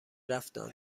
رفتند